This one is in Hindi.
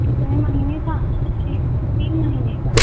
कितने महीने का तीन महीने का